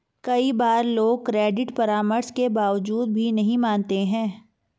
कई बार लोग क्रेडिट परामर्श के बावजूद भी नहीं मानते हैं